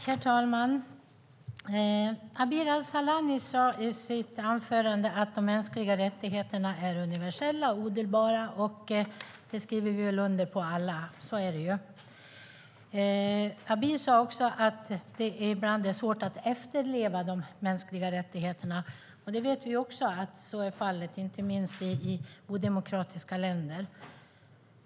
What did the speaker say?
Herr talman! Abir Al-Sahlani sade i sitt anförande att de mänskliga rättigheterna är universella och odelbara. Det skriver vi väl alla under på. Så är det ju. Abir sade också att det ibland är svårt att efterleva de mänskliga rättigheterna. Det vet vi också, att så är fallet, inte minst i odemokratiska länder.